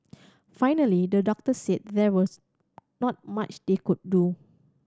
finally the doctors said there was not much they could do